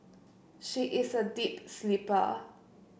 she is a deep sleeper